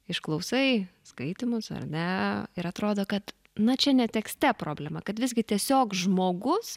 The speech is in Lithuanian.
išklausai skaitymus ar ne ir atrodo kad na čia ne tekste problema kad visgi tiesiog žmogus